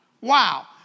Wow